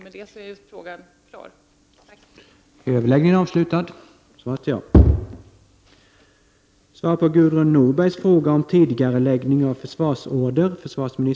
Med detta är frågan klargjord.